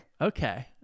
Okay